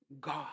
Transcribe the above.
God